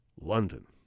London